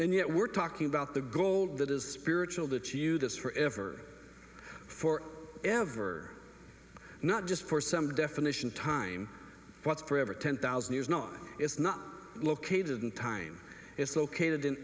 then yet we're talking about the gold that is spiritual that you this for ever for ever not just for some definition time what's for ever ten thousand years not it's not located in time it's located in